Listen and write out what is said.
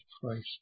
Christ